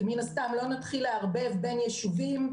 כי מן הסתם לא נתחיל לערבב בין יישובים,